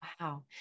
Wow